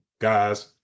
guys